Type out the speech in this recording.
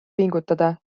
pingutada